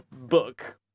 book